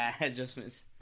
Adjustments